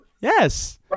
Yes